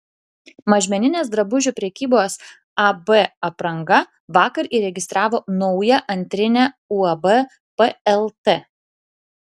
mažmeninės drabužių prekybos ab apranga vakar įregistravo naują antrinę uab plt